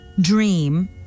dream